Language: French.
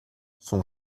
son